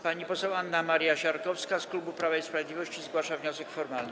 Pani poseł Anna Maria Siarkowska z klubu Prawa i Sprawiedliwości zgłasza wniosek formalny.